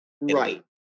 right